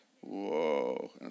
whoa